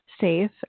safe